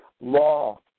law